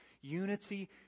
Unity